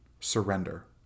Surrender